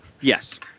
yes